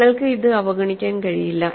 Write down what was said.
നിങ്ങൾക്ക് ഇത് അവഗണിക്കാൻ കഴിയില്ല